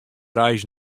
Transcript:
reis